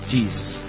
Jesus